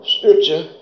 Scripture